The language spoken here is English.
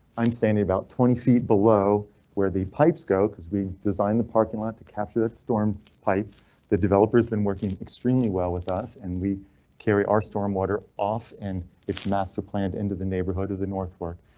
i'm standing about twenty feet below where the pipes go, cause we designed the parking lot to capture that storm pipe the developers been working extremely well with us and we carry our stormwater off and its master planned into the neighborhood of the north work.